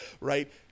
right